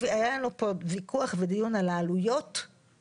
אין פה איפה ואיפה, זה תלוי בגודל הבית,